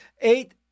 eight